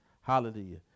Hallelujah